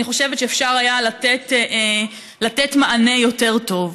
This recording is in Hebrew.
אני חושבת שאפשר היה לתת מענה יותר טוב.